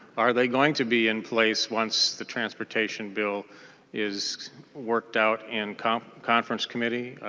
are they going to be in place once the transportation bill is worked out in conference committee?